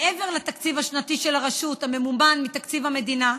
מעבר לתקציב השנתי של הרשות הממומן מתקציב המדינה,